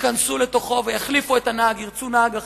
ייכנסו לתוכו ויחליפו את הנהג, ירצו נהג אחר,